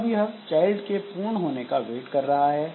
अब यह चाइल्ड के पूर्ण होने का वेट कर रहा है